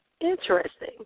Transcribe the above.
Interesting